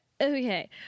okay